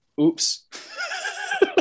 oops